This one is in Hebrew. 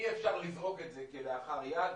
אי אפשר לזרוק את זה כלאחר יד,